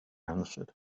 answered